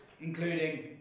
including